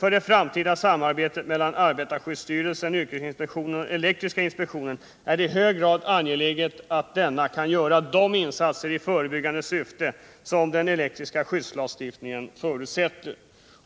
För det framtida samarbetet mellan arbetarskyddsstyrelsen, yrkesinspektionen och den elektriska inspektionen är det i hög grad angeläget att denna kan göra de insatser i förebyggande syfte som den elektriska skyddslagstiftningen förutsätter.”